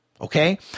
Okay